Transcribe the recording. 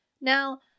Now